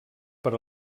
per